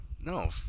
No